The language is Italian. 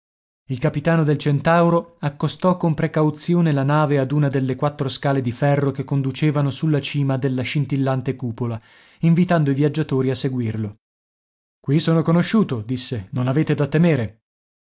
il capitano del centauro accostò con precauzione la nave ad una delle quattro scale di ferro che conducevano sulla cima della scintillante cupola invitando i viaggiatori a seguirlo qui sono conosciuto disse non avete da temere